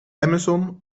amazon